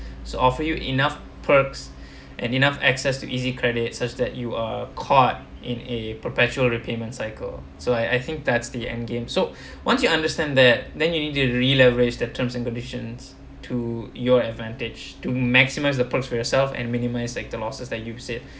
so offer you enough perks and enough access to easy credit such that you are caught in a perpetual repayment cycle so I I think that's the end game so once you understand that then you need to re-leverage the terms and conditions to your advantage to maximize the perks for yourself and minimize like the losses that use it